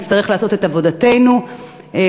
נצטרך לעשות את עבודתנו בוועדות.